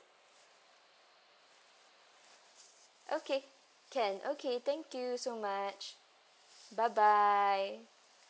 okay can okay thank you so much bye bye